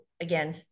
Again